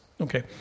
Okay